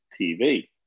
TV